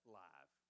live